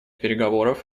переговоров